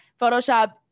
Photoshop